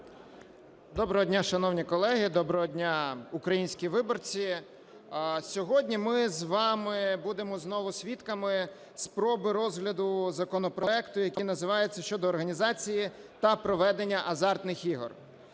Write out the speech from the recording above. Доброго дня, шановні колеги. Доброго дня, українські виборці. Сьогодні ми з вами будемо знову свідками спроби розгляду законопроекту, який називається "щодо організації та проведення азартних ігор".